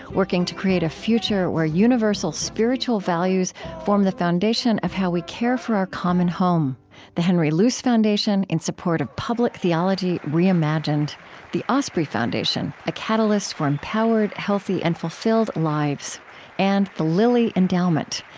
working to create a future where universal spiritual values form the foundation of how we care for our common home the henry luce foundation, in support of public theology reimagined the osprey foundation a catalyst for empowered, healthy, and fulfilled lives and the lilly endowment,